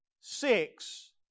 six